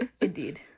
Indeed